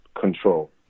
control